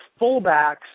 fullbacks